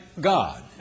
God